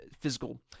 physical